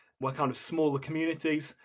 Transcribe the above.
we're kind of smaller communities,